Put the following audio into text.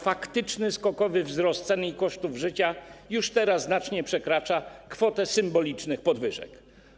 Faktyczny skokowy wzrost cen i kosztów życia już teraz znacznie przekracza kwotę symbolicznych podwyżek.